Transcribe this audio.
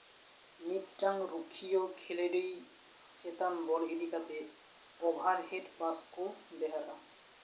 ᱢᱤᱫᱴᱟᱝ ᱨᱩᱠᱷᱤᱭᱟᱹ ᱠᱷᱮᱞᱳᱰᱤ ᱪᱮᱛᱟᱱ ᱵᱚᱞ ᱤᱫᱤ ᱠᱟᱛᱮ ᱚᱵᱷᱟᱨᱦᱮᱰ ᱯᱟᱥ ᱠᱚ ᱵᱮᱣᱦᱟᱨᱟ